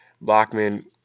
Blackman